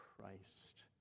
Christ